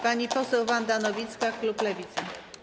Pani poseł Wanda Nowicka, klub Lewica.